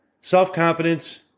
self-confidence